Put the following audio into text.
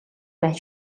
байна